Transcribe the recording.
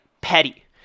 petty